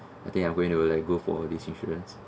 I think I'm going to like go for these insurance